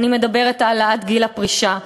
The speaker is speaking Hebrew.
ואני מדברת על העלאת גיל הפרישה.